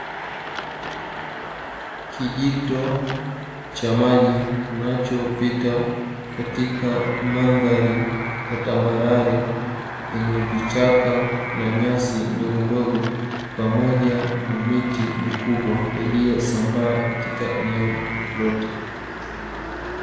Kijito cha maji kinachopita katika mandhari ya tambarare, yenye vichaka ya nyasi ndogondogo pamoja na miti mikubwa iliyosambaa katika eneo lote.